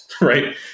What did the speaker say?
Right